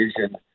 vision